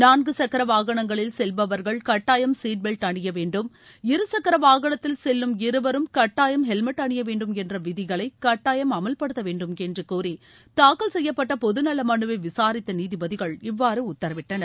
நான்கு சக்கர வாகனங்களில் செவ்பவர்கள் கட்டாயம் சீட்பெல்ட் அணிய வேண்டும் இரு சக்கர வாகனத்தில் செல்லும் இருவரும் கட்டாயம் ஹெல்மெட் அணிய வேண்டும் என்ற விதிகளை கட்டாயம் அமல்படுத்த வேண்டுமென்று கோரி தாக்கல் செய்ப்பட்ட பொது நல மனுவை விசாரித்த நீதிபதிகள் இவ்வாறு உத்தரவிட்டனர்